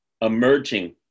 emerging